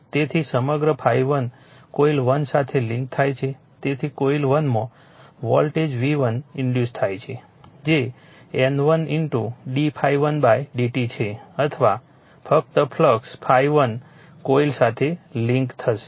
તેથી સમગ્ર ∅1 કોઇલ 1 સાથે લિંક થાય છે તેથી કોઇલ 1 માં વોલ્ટેજ V1 ઇન્ડ્યુસ થાય છે જે N1 d ∅1 dt છે અથવા ફક્ત ફ્લક્સ ∅12 કોઇલ સાથે લિંક થશે